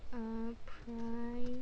uh price